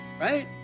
right